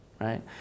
right